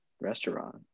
restaurant